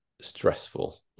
stressful